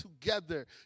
together